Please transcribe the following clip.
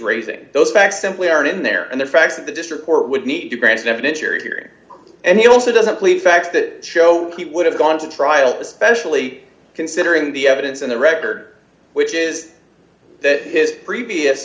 raising those facts simply aren't in there and the fact that the district court would need to branson evidentiary hearing and he also doesn't believe facts that show he would have gone to trial especially considering the evidence in the record which is that his previous